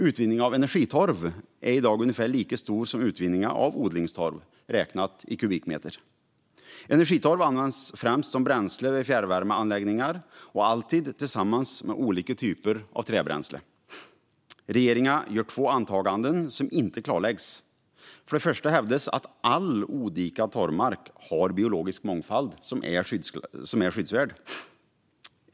Utvinningen av energitorv är i dag ungefär lika stor som utvinningen av odlingstorv räknat i kubikmeter. Energitorv används främst som bränsle vid fjärrvärmeanläggningar och alltid tillsammans med olika typer av träbränsle. Regeringen gör två antaganden som inte klarläggs. För det första hävdas att all odikad torvmark har biologisk mångfald som är skyddsvärd.